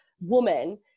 woman